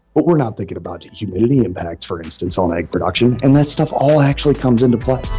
but we're not thinking about humidity impacts, for instance, on egg production, and that stuff all actually comes into play.